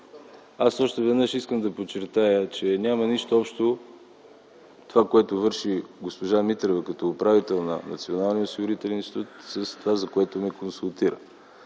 Още веднъж искам да подчертая, че няма нищо общо това, което върши госпожа Митрева като управител на Националния осигурителен институт, с това, за което ме консултира.